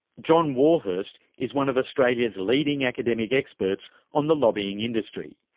john warhurst is one of australia's leading academic experts on the lobbying industry.